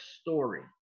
story